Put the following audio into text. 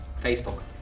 Facebook